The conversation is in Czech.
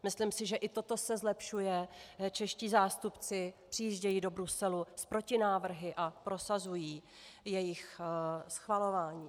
Myslím si, že i toto se zlepšuje, čeští zástupci přijíždějí do Bruselu s protinávrhy a prosazují jejich schvalování.